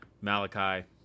Malachi